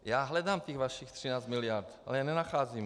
Já hledám těch vašich 13 miliard a nenacházím.